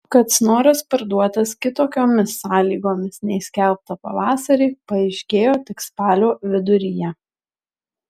kad snoras parduotas kitokiomis sąlygomis nei skelbta pavasarį paaiškėjo tik spalio viduryje